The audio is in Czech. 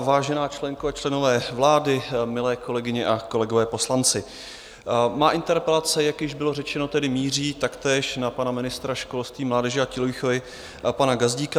Vážená členko a členové vlády, milé kolegyně a kolegové poslanci, má interpelace, jak už bylo řečeno, tedy míří taktéž na pana ministra školství, mládeže a tělovýchovy pana Gazdíka.